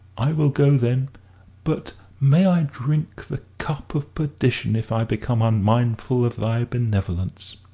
i will go, then but may i drink the cup of perdition if i become unmindful of thy benevolence!